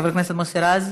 חבר הכנסת מוסי רז,